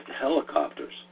helicopters